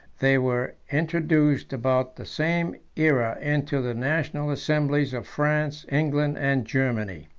they were introduced about the same aera into the national assemblies of france england, and germany.